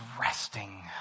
resting